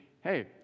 Hey